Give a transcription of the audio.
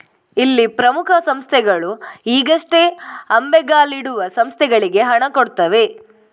ಇಲ್ಲಿ ಪ್ರಮುಖ ಸಂಸ್ಥೆಗಳು ಈಗಷ್ಟೇ ಅಂಬೆಗಾಲಿಡುವ ಸಂಸ್ಥೆಗಳಿಗೆ ಹಣ ಕೊಡ್ತವೆ